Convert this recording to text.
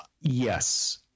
Yes